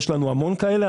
יש לנו המון כאלה.